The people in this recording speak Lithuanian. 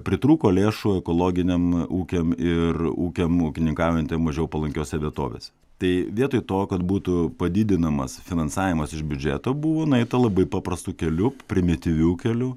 pritrūko lėšų ekologiniam ūkiam ir ūkiam ūkininkaujantiem mažiau palankiose vietovėse tai vietoj to kad būtų padidinamas finansavimas iš biudžeto buvo nueita labai paprastu keliu primityviu keliu